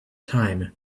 time